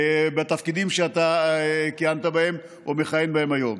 בתפקידים שאתה כיהנת בהם או מכהן בהם היום.